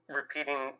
repeating